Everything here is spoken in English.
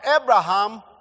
Abraham